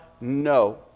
no